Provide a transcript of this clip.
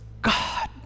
God